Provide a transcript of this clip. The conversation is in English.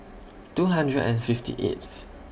two hundred and fifty eighth